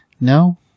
No